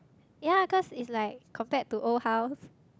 yea cause is like come back to old house